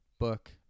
book